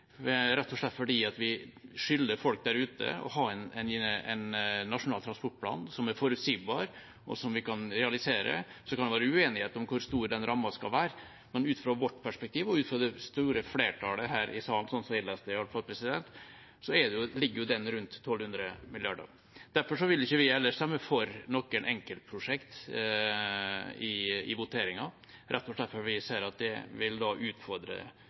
rett og slett fordi vi skylder folk der ute å ha en nasjonal transportplan som er forutsigbar, og som vi kan realisere. Så kan det være uenighet om hvor stor den rammen skal være, men ut fra vårt perspektiv, og ut fra det store flertallet her i salen – sånn jeg leser det, i hvert fall – ligger den rundt 1 200 mrd. kr. Derfor vil ikke vi heller stemme for noen enkeltprosjekt i voteringen, rett og slett fordi vi ser at det vil utfordre